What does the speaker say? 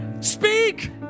Speak